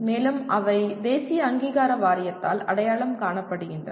மேலும் அவை தேசிய அங்கீகார வாரியத்தால் அடையாளம் காணப்படுகின்றன